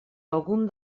algun